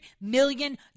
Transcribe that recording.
million